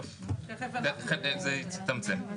זה הצטמצם.